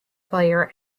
player